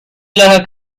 las